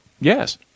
yes